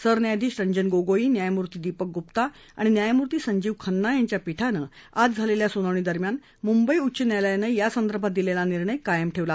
सरन्यायाधीश रंजन गोगोई न्यायमुर्ती दीपक गृप्ता आणि न्यायमूर्ती संजीव खन्ना यांच्या पीठानं आज झालेल्या सुनावणी दरम्यान मुंबई उच्च न्यायालयानं या संदर्भात दिलेला निर्णय कायम ठेवला